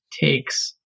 takes